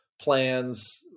plans